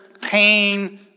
pain